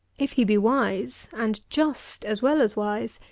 if he be wise, and just as well as wise,